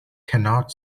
cannot